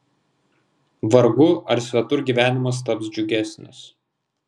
vargu ar svetur gyvenimas taps džiugesnis